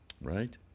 right